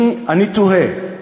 אני תוהה,